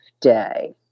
day